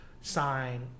sign